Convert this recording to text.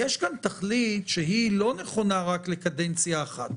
יש כאן תכלית שהיא לא נכונה רק לקדנציה אחת.